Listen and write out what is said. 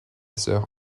sœur